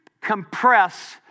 compress